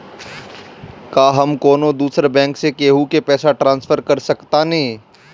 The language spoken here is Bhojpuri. का हम कौनो दूसर बैंक से केहू के पैसा ट्रांसफर कर सकतानी?